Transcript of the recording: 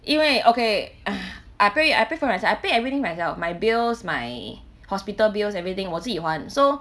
因为 okay ah I pay I pay for myself I pay everything myself my bills my hospital bills everything 我自己还 so